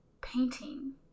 painting